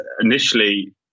Initially